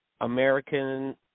American